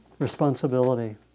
Responsibility